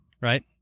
right